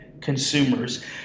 consumers